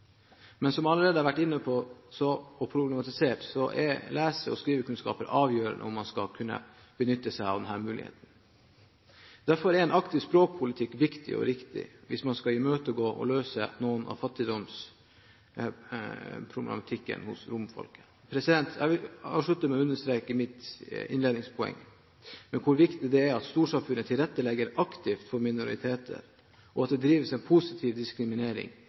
Men som jeg allerede har vært inne på og problematisert, er lese- og skrivekunnskaper avgjørende for om man skal kunne benytte seg av denne muligheten. Derfor er en aktiv språkpolitikk viktig og riktig hvis man skal imøtegå og løse noe av fattigdomsproblematikken hos romfolket. Jeg vil avslutte med å understreke mitt innledningspoeng, hvor viktig det er at storsamfunnet tilrettelegger aktivt for minoriteter, og at det drives en positiv